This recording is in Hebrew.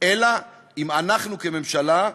אלא אם כן אנחנו כממשלה,